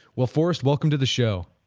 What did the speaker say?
well, forrest, welcome to the show